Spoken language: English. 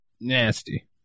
Nasty